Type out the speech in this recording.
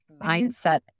mindset